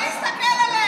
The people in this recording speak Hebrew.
לא להסתכל עליהם,